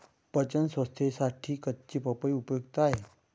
पचन संस्थेसाठी कच्ची पपई उपयुक्त आहे